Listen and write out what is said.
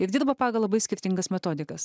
ir dirba pagal labai skirtingas metodikas